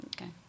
Okay